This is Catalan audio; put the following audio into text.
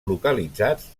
localitzats